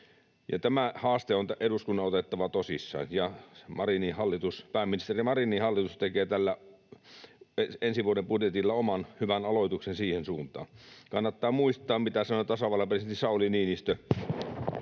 tämä haaste on eduskunnan otettava tosissaan, ja pääministeri Marinin hallitus tekee tällä ensi vuoden budjetilla oman hyvän aloituksensa siihen suuntaan. Kannattaa muistaa, mitä sanoi tasavallan presidentti Sauli Niinistö